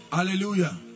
hallelujah